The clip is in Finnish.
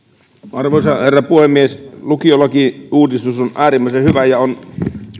arvoisa herra puhemies lukiolakiuudistus on äärimmäisen hyvä ja on